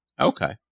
Okay